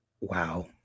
Wow